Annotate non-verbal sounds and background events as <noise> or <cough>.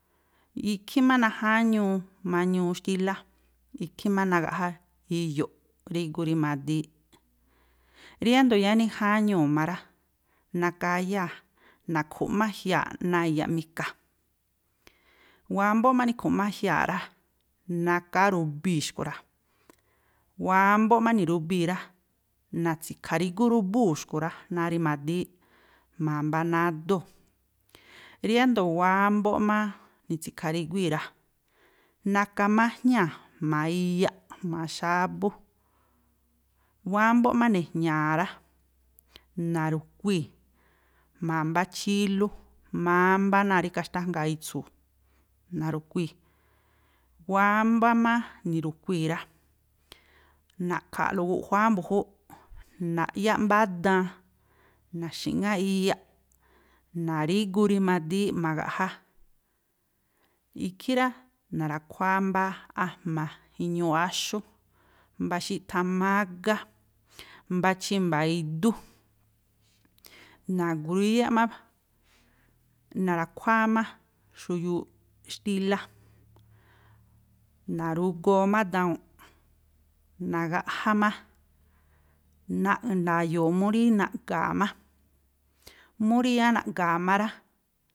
Ikhí má najáñuu mañuu xtílá, ikhí má nagaꞌjá iyo̱ꞌ rígu rimadííꞌ. Riándo̱ yáá nijáñuu̱ má rá, naka áyáa̱, na̱khu̱ꞌmájyaa̱ꞌ náa̱ iyaꞌ mika. Wámbóꞌ má ni̱khu̱ꞌmájyaa̱ꞌ rá, naka áru̱bii̱ xkui̱ rá, wámbóꞌ má ni̱rubii̱ rá, na̱tsikha̱rígú rúbúu̱ xkui̱ rá, náa̱ rimadíí jma̱a mbá nádóo̱. Riándo̱ wámbóꞌ má ni̱tsi̱kha̱ríguíi̱ rá, naka má áj̱ñáa̱ jma̱a iyaꞌ, jma̱a xábú. Wámbóꞌ má ne̱jña̱a̱ rá na̱ru̱kuii̱ jma̱a mbá chílú mámbá náa̱ rí khaxtájngaa itsu̱u̱, na̱ru̱kuii̱. Wámbá má ni̱ru̱kuii̱ rá. Naꞌkha̱a̱lo guꞌjuáá mbu̱júúꞌ, na̱ꞌyáꞌ mbá daan, na̱xi̱ꞌŋáꞌ iyaꞌ, na̱rígu rimadííꞌ ma̱gaꞌjá, ikhí rá, na̱ra̱khuáá mbá a̱jma̱ iñuuꞌ áxú, mbá xíꞌthá mágá, mbá chímba̱a̱ idúꞌ, na̱gruíyáꞌ má, na̱ra̱khuáá má xuyuuꞌ xtílá, na̱rugoo má dau̱nꞌ, nagaꞌjá má, <unintelligible> nda̱yo̱o̱ mú rí naꞌga̱a̱ má. Mú rí yáá naꞌga̱a̱ má rá.